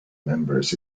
members